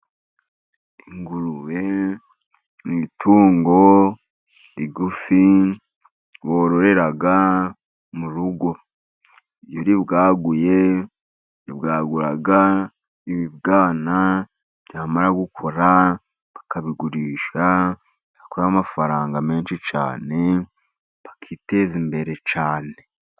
ingurube ni itungo rigufi bororera mu rugo. Iyo ribwaguye, ribwagura ibibwana, byamara gukura bakabigurisha, bakabikumo amafaranga menshi cyane, bakiteza imbere cyane.